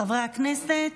חברי הכנסת,